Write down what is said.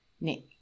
Nick